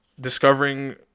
discovering